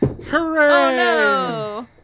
Hooray